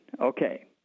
Okay